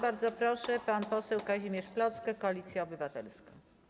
Bardzo proszę, pan poseł Kazimierz Plocke, Koalicja Obywatelska.